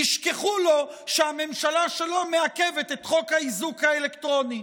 ישכחו לו שהממשלה שלו מעכבת את חוק האיזוק האלקטרוני.